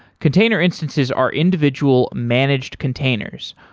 container instances are individual managed containers,